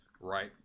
right